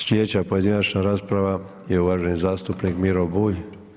Sljedeća pojedinačna rasprava je uvaženi zastupnik Miro Bulj.